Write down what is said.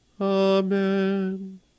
Amen